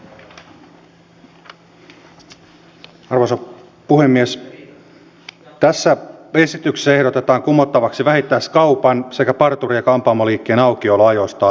tässä esityksessä ehdotetaan kumottavaksi vähittäiskaupan sekä parturi ja kampaamoliikkeen aukioloajoista annettu laki